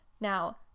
Now